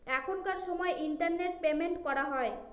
এখনকার সময় internet payment করা হয়